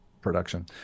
production